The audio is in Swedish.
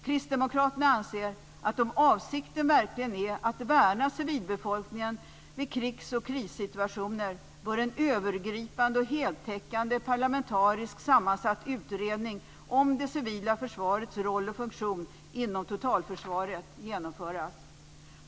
Kristdemokraterna anser att om avsikten verkligen är att värna civilbefolkningen vid krigs och krissituationer bör en övergripande och heltäckande parlamentariskt sammansatt utredning om det civila försvarets roll och funktion inom totalförsvaret genomföras.